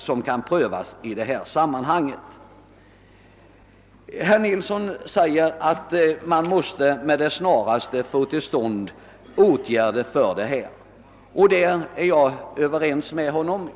Herr Nilsson i Tvärålund säger ait åtgärder med det snaraste måste vidtagas i denna riktning, och jag instämmer i detta.